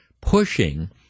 pushing